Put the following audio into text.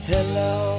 Hello